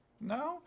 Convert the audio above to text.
No